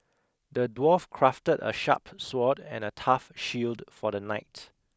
the dwarf crafted a sharp sword and a tough shield for the knight